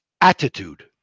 attitude